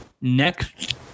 Next